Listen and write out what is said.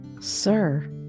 Sir